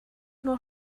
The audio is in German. nur